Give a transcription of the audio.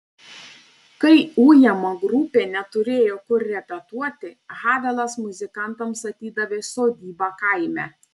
kai ujama grupė neturėjo kur repetuoti havelas muzikantams atidavė sodybą kaime